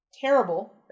terrible